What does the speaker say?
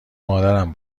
مادرم